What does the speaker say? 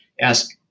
ask